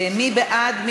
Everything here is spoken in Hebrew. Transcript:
מי בעד?